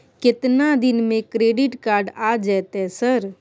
केतना दिन में क्रेडिट कार्ड आ जेतै सर?